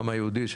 העם היהודי,